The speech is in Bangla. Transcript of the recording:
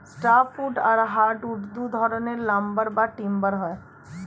সফ্ট উড আর হার্ড উড দুই ধরনের লাম্বার বা টিম্বার হয়